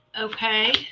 okay